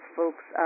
folks